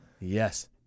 yes